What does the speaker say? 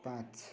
पाँच